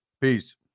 Peace